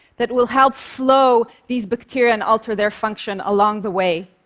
that will help flow these bacteria and alter their function along the way.